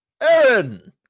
Aaron